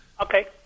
Okay